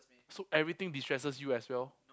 so everything de-stresses you as well